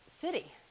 city